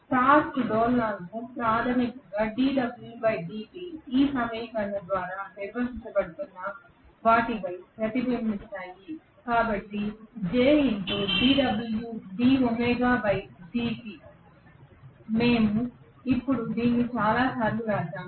torque డోలనాలు ప్రాథమికంగా ఈ సమీకరణం ద్వారా నిర్వహించబడుతున్న వాటిపై ప్రతిబింబిస్తాయి కాబట్టి మేము ఇప్పుడు దీన్ని చాలాసార్లు వ్రాసాము